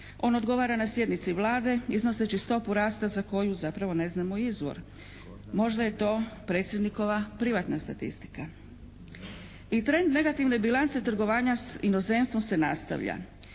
on odgovara na sjednici Vlade iznoseći stopu rasta za koju zapravo neznamo izvor. Možda je to predsjednikova privatna statistika. I trend negativne bilance trgovanja s inozemstvom se nastavlja.